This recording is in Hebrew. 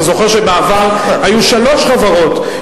אתה זוכר שבעבר היו שלוש חברות,